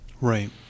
Right